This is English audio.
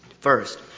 First